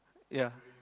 ya